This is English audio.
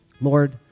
Lord